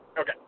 Okay